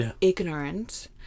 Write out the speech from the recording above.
ignorant